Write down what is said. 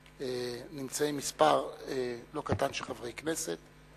ונמצא שם מספר לא קטן של חברי הכנסת.